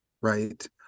right